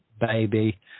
baby